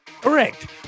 Correct